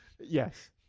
Yes